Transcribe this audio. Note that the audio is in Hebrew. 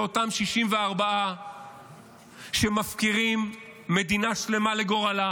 אלה אותם 64 שמפקירים מדינה שלמה לגורלה,